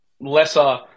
lesser